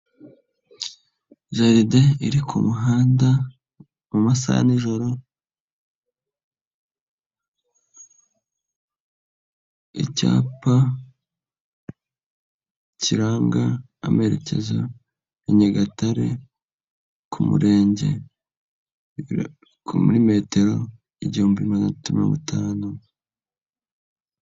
Jaride iri ku muhanda mu masaha ya nijoro, icyapa kiranga amerekeza i Nyagatare ku ku murenge kuri metero igihumbi magana tatu mirongo itanu.